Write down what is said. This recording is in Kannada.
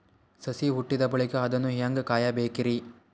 ಸಸಿ ಹುಟ್ಟಿದ ಬಳಿಕ ಅದನ್ನು ಹೇಂಗ ಕಾಯಬೇಕಿರಿ?